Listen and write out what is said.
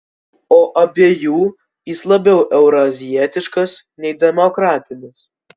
o abiejų jis labiau eurazijietiškas nei demokratinis